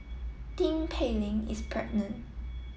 Tin Pei Ling is pregnant